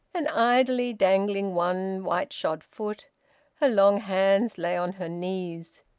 and idly dangling one white-shod foot her long hands lay on her knees.